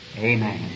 amen